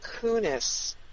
Kunis